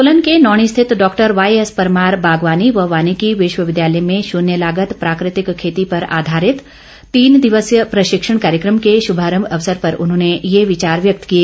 सोलन के नौणी स्थित doctor Y S Parmar बागवानी व वानिकी विश्वविद्यालय में शुन्य लागत प्राकृतिक खेती पर आधारित तीन दिवसीय प्रशिक्षण कार्यक्रम के शुभारंभ अवसर पर उन्होंने ये विचार व्यक्त किए